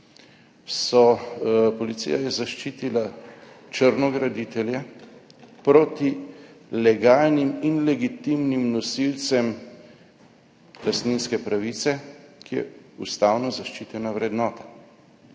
zadeve, je zaščitila črnograditelje proti legalnim in legitimnim nosilcem lastninske pravice, ki je ustavno zaščitena vrednota.